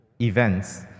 events